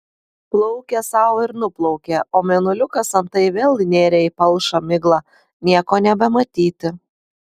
plaukė sau ir nuplaukė o mėnuliukas antai vėl įnėrė į palšą miglą nieko nebematyti